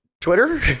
Twitter